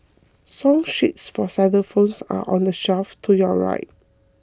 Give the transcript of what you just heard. song sheets for xylophones are on the shelf to your right